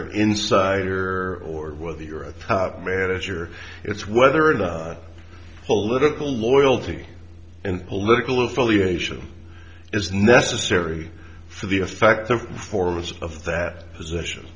an insider or whether you're a manager it's whether or not political loyalty and political affiliation is necessary for the effect of the force of that position